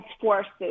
forces